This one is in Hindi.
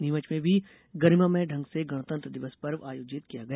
नीमच में भी गरिमामय ढंग से गणतंत्र दिवस पर्व आयोजित किया गया